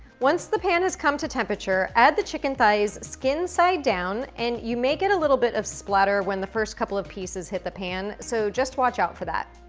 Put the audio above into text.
once the pan has come to temperature, add the chicken thighs skin side down. and you may get a little bit of splatter when the first couple of pieces hit the pan, so just watch out for that.